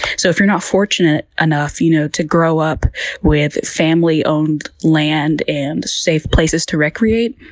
so if you're not fortunate enough you know to grow up with family-owned land and safe places to recreate,